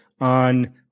on